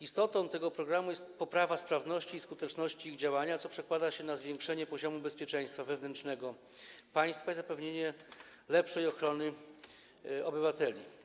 Istotą tego programu jest poprawa sprawności i skuteczności ich działania, co przekłada się na zwiększenie poziomu bezpieczeństwa wewnętrznego państwa i zapewnienie lepszej ochrony obywateli.